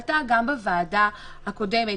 עלתה גם בוועדה הקודמת,